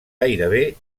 gairebé